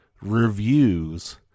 reviews